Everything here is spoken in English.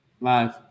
Live